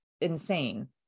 insane